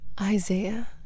Isaiah